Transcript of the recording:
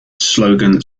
slogan